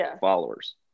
followers